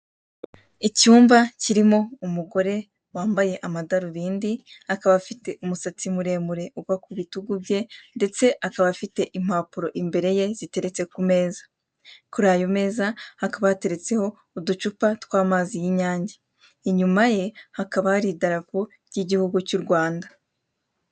Icyumba kirimo umugore wambaye amadarubindi akaba afite umusatsi muremure ugwa kubitugu bye ndetse akaba afite impapuro imbere ye ziteretse k'umeza kuri ayo meza hakaba hateretseho uducupa tw'amazi y'inyange inyuma ye hakaba hari idarapo ru'igihugu cyu Rwanda.